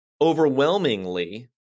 overwhelmingly